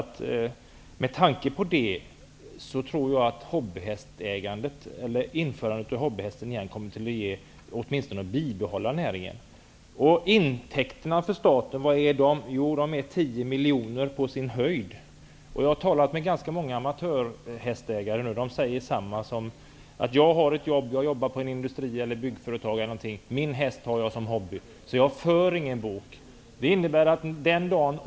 Med tanke på det, tror jag att återinförandet av hobbyhästen åtminstone kommer att bibehålla näringen. Hur stora är intäkterna för staten? Jo, de är på sin höjd 10 miljoner. Jag har talat med ganska många amatörhästägare, som säger: Jag jobbar i en industri eller i ett byggföretag etc. Min häst har jag som hobby, så jag för ingen bok.